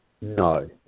No